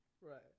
Right